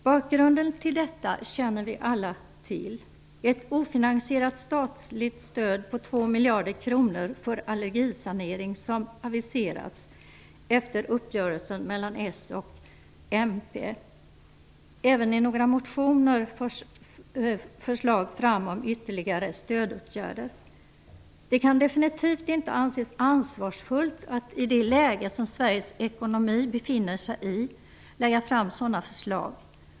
Bakgrunden känner vi alla till: det ofinansierade statliga stöd på 2 miljarder kronor till allergisanering som aviserats efter uppgörelsen mellan s och mp. Även i några motioner förs förslag fram om ytterligare stödåtgärder. Det kan definitivt inte anses ansvarsfullt att i det läge som Sveriges ekonomi befinner sig i lägga fram sådana förslag.